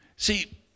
See